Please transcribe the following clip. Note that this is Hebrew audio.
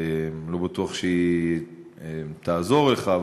אני לא בטוח שהיא תעזור לך,